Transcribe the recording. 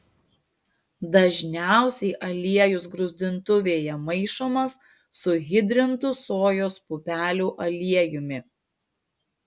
dažniausiai aliejus gruzdintuvėje maišomas su hidrintu sojos pupelių aliejumi